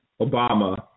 Obama